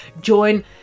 Join